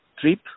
trip